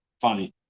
funny